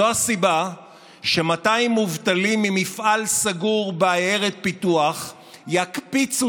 זו הסיבה ש-200 מובטלים ממפעל סגור בעיירת פיתוח יקפיצו